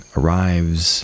arrives